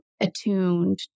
attuned